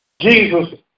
Jesus